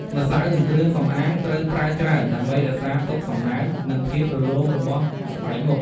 ម្សៅនិងគ្រឿងសំអាងត្រូវប្រើច្រើន ដើម្បីរក្សាទុកសំណើម និងភាពរលោងរបស់ស្បែកមុខ។